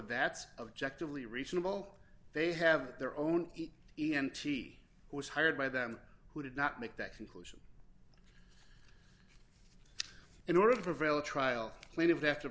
that's of ject really reasonable they have their own e m t who was hired by them who did not make that conclusion in order to prevail a trial plan if they have to